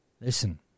listen